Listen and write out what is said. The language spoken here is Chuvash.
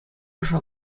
ӑшӑ